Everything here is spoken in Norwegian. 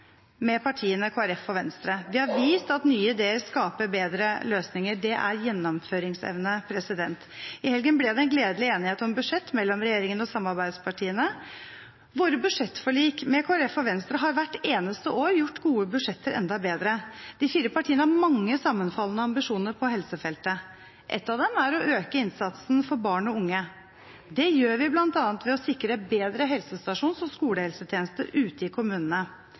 med partiene Kristelig Folkeparti og Venstre. Vi har vist at nye ideer skaper bedre løsninger. Det er gjennomføringsevne. I helgen ble det en gledelig enighet om budsjett mellom regjeringen og samarbeidspartiene. Våre budsjettforlik med Kristelig Folkeparti og Venstre har hvert eneste år gjort gode budsjetter enda bedre. De fire partiene har mange sammenfallende ambisjoner på helsefeltet. En av dem er å øke innsatsen for barn og unge. Det gjør vi bl.a. ved å sikre en bedre helsestasjons- og skolehelsetjeneste ute i kommunene.